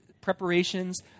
preparations